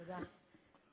תודה.